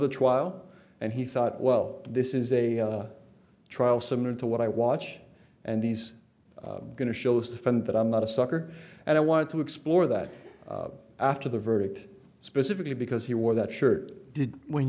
the trial and he thought well this is a trial similar to what i watch and these are going to shows defend that i'm not a sucker and i wanted to explore that after the verdict specifically because he wore that shirt did when